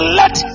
let